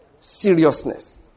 Seriousness